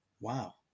Wow